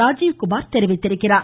ராஜீவ்குமார் தெரிவித்துள்ளார்